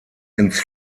ins